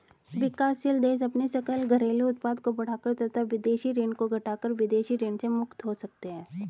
विकासशील देश अपने सकल घरेलू उत्पाद को बढ़ाकर तथा विदेशी ऋण को घटाकर विदेशी ऋण से मुक्त हो सकते हैं